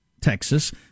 Texas